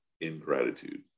ingratitude